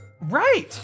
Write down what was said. Right